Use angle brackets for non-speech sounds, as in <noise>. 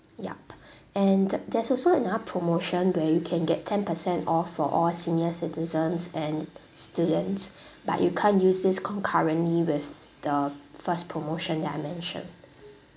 ya <breath> and there there's also another promotion where you can get ten percent off for all senior citizens and students <breath> but you can't used this concurrently with the first promotion that I mentioned